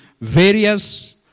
various